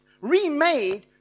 remade